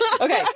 Okay